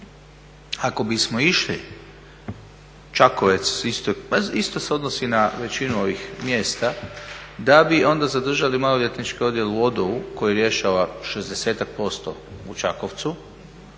ako bismo išli Čakovec, pa isto se odnosi na većinu ovih mjesta da bi onda zadržali Maloljetnički odjel u … koje rješava 60% u Čakovcu,